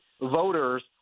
voters